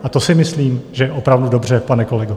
A to si myslím, že je opravdu dobře, pane kolego.